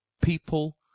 people